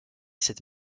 cette